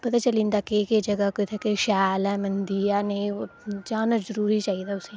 पता चली जंदा केह् केह् जगह् कुत्थें केह् शैल ऐ मंदी ऐ जाना जरूरी चाहिदा तुसें